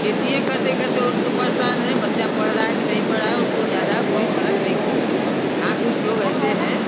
खेतिए करते करते उनके परेशान है बच्चा पढ़ रहा है कि नहीं पढ़ रहा है उनको ज़्यादा कोई फ़र्क नहीं पड़ता हाँ कुछ लोग ऐसे हैं